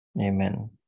Amen